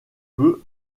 peu